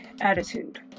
attitude